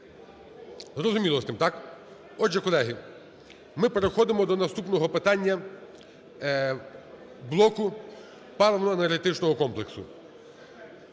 Зрозуміло з цим, так. Отже, колеги, ми переходимо до наступного питання блоку паливно-енергетичного комплексу.